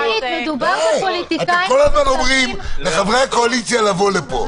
אתם כל הזמן אומרים לחברי הקואליציה לבוא לפה,